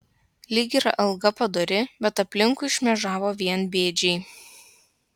lyg ir alga padori bet aplinkui šmėžavo vien bėdžiai